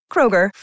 Kroger